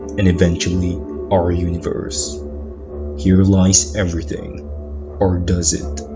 and eventually our universe here lies everything or does it?